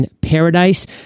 paradise